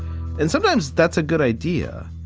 and sometimes that's a good idea.